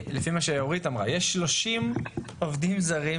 לפי מה שאורית אמרה, יש 30 עובדים זרים